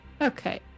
Okay